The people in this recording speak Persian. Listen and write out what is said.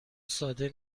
ساده